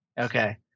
Okay